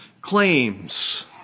claims